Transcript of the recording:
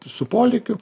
su polėkiu